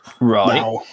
Right